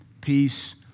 peace